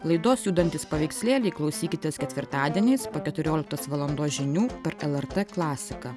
laidos judantys paveikslėliai klausykitės ketvirtadieniais po keturioliktos valandos žinių per lrt klasika